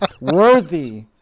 Worthy